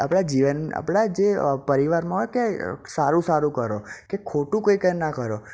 આપણા જીવન આપણા જે પરિવારમાં કે સારું સારું કરો કે ખોટું કંઈ કે ન કરો